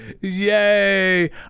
Yay